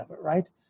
right